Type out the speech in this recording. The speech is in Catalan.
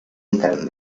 intern